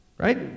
Right